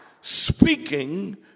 speaking